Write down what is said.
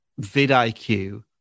vidIQ